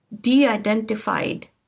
de-identified